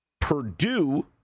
Purdue